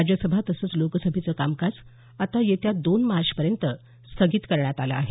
राज्यसभा तसंच लोकसभेचं कामकाज आता येत्या दोन मार्चपर्यंत स्थगित करण्यात आलं आहे